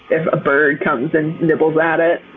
if a bird comes and nibbles at it.